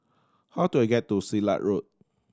how do I get to Silat Road